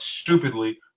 stupidly